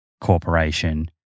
corporation